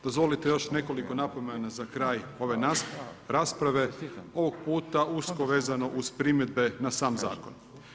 Dozvolite još nekoliko napomene za kraj ove rasprave, ovog puta usko vezane uz primjedbe na sam zakon.